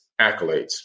accolades